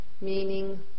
meaning